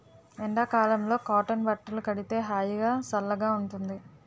ఎండ కాలంలో కాటన్ బట్టలు కడితే హాయిగా, సల్లగా ఉంటుంది